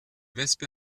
wespe